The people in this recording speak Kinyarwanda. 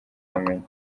by’ubumenyi